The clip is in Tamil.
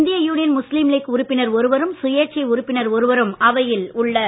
இந்தியன் யூனியன் முஸ்லீம் லீக் உறுப்பினர் ஒருவரும் சுயோட்சை உறுப்பினர் ஒருவரும் அவையில் உள்ளனர்